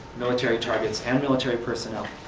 military targets, and military personnel.